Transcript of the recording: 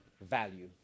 value